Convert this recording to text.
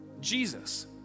Jesus